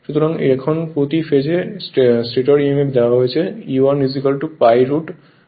সুতরাং এখন প্রতি ফেজ প্রতি স্টেটর emf দেওয়া হয়েছে E1 pi root 2 হয়